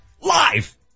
live